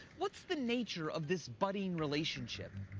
what's the nature of this budding relationship?